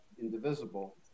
indivisible